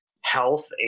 health